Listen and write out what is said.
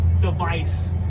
device